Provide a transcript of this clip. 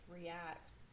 reacts